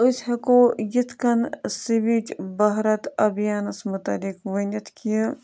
أسۍ ہٮ۪کو یِتھٕ کٔنۍ سِوِج بھارَت اَبھیانَس مُتعلِق ؤنِتھ کہِ